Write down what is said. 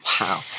Wow